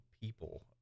people